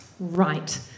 Right